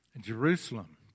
Jerusalem